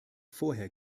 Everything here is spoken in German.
vorher